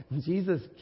Jesus